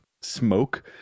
smoke